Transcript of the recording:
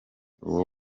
uwo